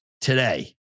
today